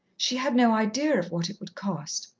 she had no idea of what it would cost.